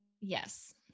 Yes